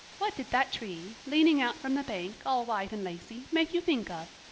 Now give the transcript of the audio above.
what did that tree, leaning out from the bank, all white and lacy, make you think of?